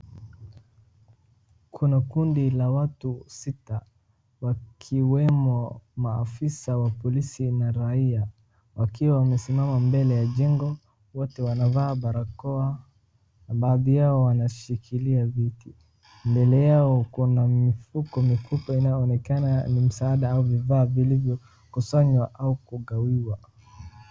Kuna kundi la watu sita wakiwemo maafisa wa polisi na raia, wakiwa wamesimama mbele ya jengo wote wamevaa barakoa, baadhi yao wakiwa wameshikilia viti. Mbele yao kuna mifuko mikubwa inayoonekana ni msaada ama vifaa vilivyo kusanywa au kugawiwa.